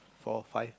four five